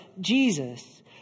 Jesus